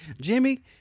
Jimmy